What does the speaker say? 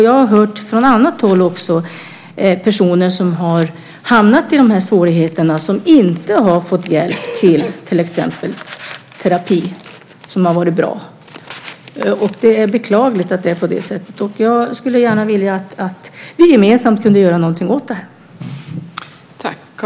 Jag har också från annat håll hört talas om personer som har hamnat i dessa svårigheter och som inte har fått hjälp i form av till exempel terapi. Det är beklagligt att det är på det sättet. Jag skulle gärna vilja att vi gemensamt kunde göra någonting åt detta.